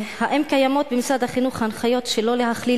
8. האם קיימות במשרד החינוך הנחיות שלא להכליל